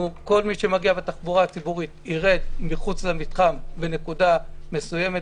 כל מי שמגיע בתחבורה הציבורית ירד מחוץ למתחם בנקודה מסוימת,